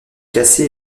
cassé